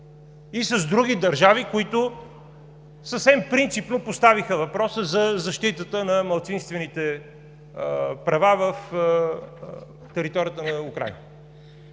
и с други държави, които съвсем принципно поставиха въпроса за защитата на малцинствените права на територията на Украйна.